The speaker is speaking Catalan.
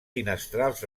finestrals